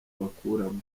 bakuramo